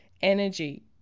energy